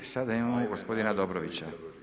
I sada imamo gospodina Dobrovića.